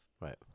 Right